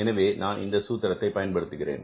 எனவே நான் இந்த சூத்திரத்தை பயன்படுத்துகிறேன்